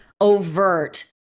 overt